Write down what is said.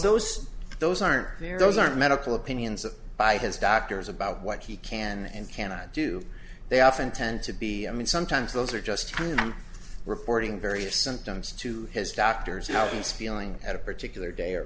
those those aren't there those are medical opinions by his doctors about what he can and cannot do they often tend to be i mean sometimes those are just reporting various symptoms to his doctors how he's feeling at a particular day or a